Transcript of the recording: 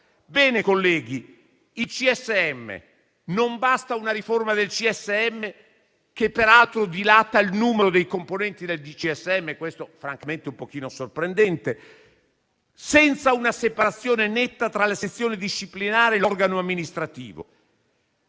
Ebbene, colleghi, non basta una riforma del CSM, che, peraltro, dilata il numero dei componenti del CSM stesso (questo, francamente, è un po' sorprendente), senza una separazione netta tra le sezioni disciplinari e l'organo amministrativo.